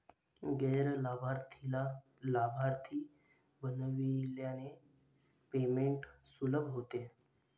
गैर लाभार्थीला लाभार्थी बनविल्याने पेमेंट सुलभ होते